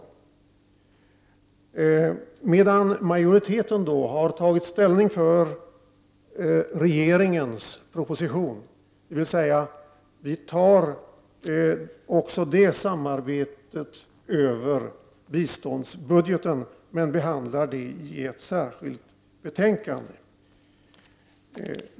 Utskottsmajoriteten har tagit ställning för rege = 5 april 1990 ringens proposition, dvs. även detta samarbete går över biståndsbudgeten, men vi behandlar det i ett särskilt betänkande.